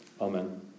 Amen